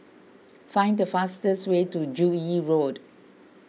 find the fastest way to Joo Yee Road